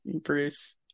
bruce